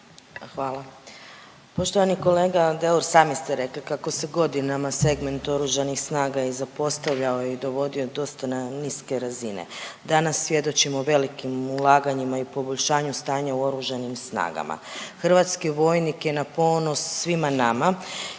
Hvala. Poštovani kolega Deur, sami ste rekli kako se godinama segment Oružanih snaga i zapostavljao i dovodio dosta na niske razine. Danas svjedočimo velikim ulaganjima i poboljšanju stanja u Oružanim snagama. Hrvatski vojnik je na ponos svima nama